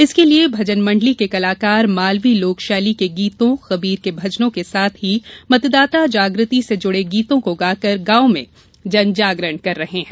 इसके लिये भजन मंडली के कलाकार मालवी लोकशैली के गीतों कबीर के भजनों के साथ ही मतदाता जागृति से जुड़े गीतों को गाकर गांवों में जनजागरण कर रहे हैं